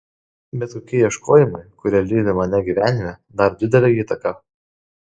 bet kokie ieškojimai kurie lydi mane gyvenime daro didelę įtaką